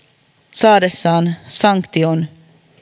saadessaan sanktion